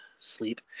sleep